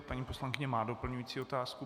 Paní poslankyně má doplňující otázku.